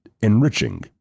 enriching